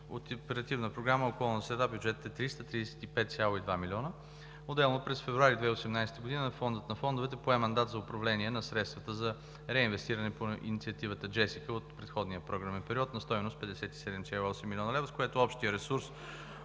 по Оперативна програма „Околна среда“ бюджетът е от 335,2 млн. лв. Отделно, през февруари 2018 г. Фондът на фондовете пое мандат за управление на средствата за реинвестиране по инициативата JESSICA от програмен период на стойност 57,8 млн. лв., с което общият ресурс